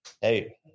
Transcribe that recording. Hey